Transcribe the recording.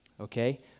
Okay